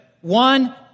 one